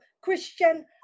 Christian